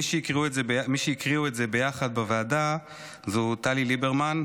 מי שהקריאו את זה ביחד בוועדה זו טלי ליברמן,